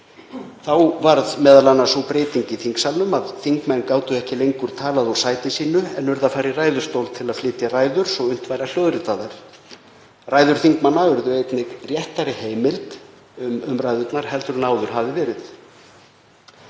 Varð þá sú breyting á í þingsalnum að þingmenn gátu ekki lengur talað úr sæti sínu en urðu að fara í ræðustól til að flytja ræður sínar svo að unnt væri að hljóðrita þær. Ræður þingmanna urðu einnig réttari heimild um umræðurnar heldur en áður hafði verið.